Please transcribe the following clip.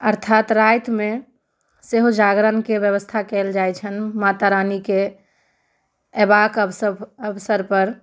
अर्थात रातिमे सेहो जागरणके व्यवस्था कयल जाइत छनि माता रानीके अयबाक अवसभ अवसर पर